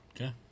Okay